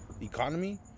economy